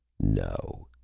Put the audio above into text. no!